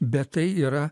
bet tai yra